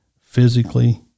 Physically